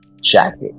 jacket